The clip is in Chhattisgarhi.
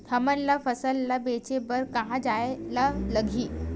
हमन ला फसल ला बेचे बर कहां जाये ला लगही?